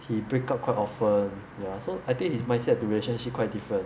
he break up quite often ya so I think his mind-set to relationship quite different